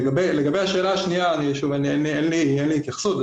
לגבי השאלה השנייה, אין לי התייחסות.